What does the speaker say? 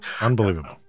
unbelievable